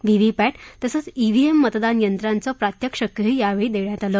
VVPAT तसंच EVM मतदान यंत्राचं प्रात्यक्षिकही यावेळी देण्यात आलं